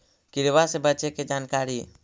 किड़बा से बचे के जानकारी?